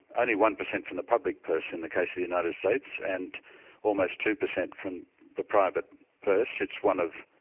only one percent from the public purse in the case of the united states, and almost two percent from the private purse. it's one of,